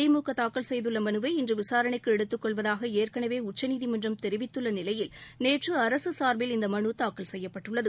திமுக தாக்கல் செய்துள்ள மனுவை இன்று விசாரணைக்கு எடுத்துக் கொள்வதாக ஏற்கனவே உச்சநீதிமன்றம் தெரிவித்துள்ள நிலையில் நேற்று அரசு சாா்பில் இந்த மனு தாக்கல் செய்யப்பட்டுள்ளது